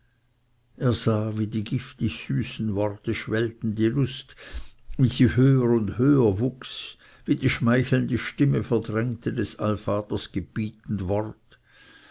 er sah wie die giftigsüßen worte schwellten die lust wie sie höher und höher wuchs wie die schmeichelnde stimme verdrängte des allvaters gebietend wort